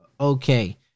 Okay